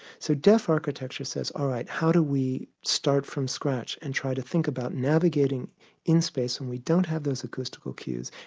so deaf architecture says all right, how do we start from scratch and try to think about navigating in space when we don't have those acoustical cues?